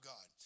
God